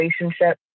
relationship